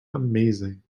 amazing